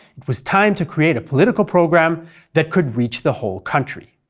it was time to create a political program that could reach the whole country.